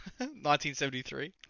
1973